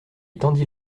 tendit